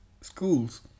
schools